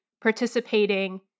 participating